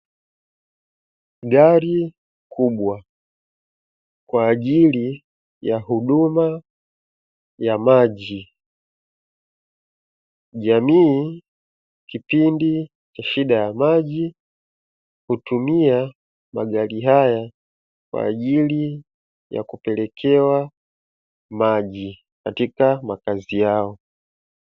Gari kubwa kwa ajili ya huduma ya maji. Jamii kipindi cha shida ya maji hutumia magari haya kwa ajili ya kupelekewa maji katika makazi yao.